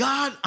God